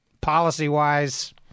policy-wise